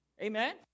amen